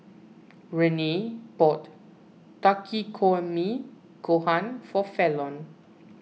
Renae bought Takikomi Gohan for Fallon